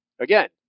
Again